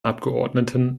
abgeordneten